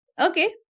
Okay